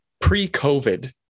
pre-COVID